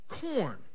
corn